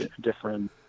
different